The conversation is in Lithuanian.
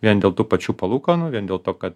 vien dėl tų pačių palūkanų vien dėl to kad